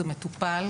זה מטופל.